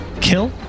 kill